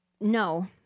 no